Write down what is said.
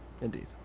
indeed